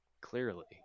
Clearly